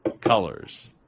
colors